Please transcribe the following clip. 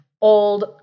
old